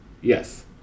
Yes